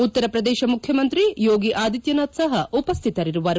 ಉತ್ತರಪ್ರದೇಶ ಮುಖ್ಯಮಂತ್ರಿ ಯೋಗಿ ಆದಿತ್ಯನಾಥ್ ಸಹ ಉಪ್ಲಿತರಿರುವರು